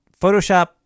Photoshop